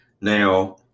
Now